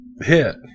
hit